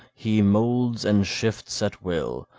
he moulds and shifts at will,